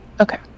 Okay